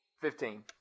Fifteen